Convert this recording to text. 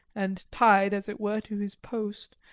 and tied as it were to his post,